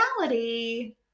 reality